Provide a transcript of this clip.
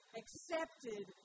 accepted